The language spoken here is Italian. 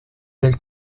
del